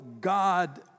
God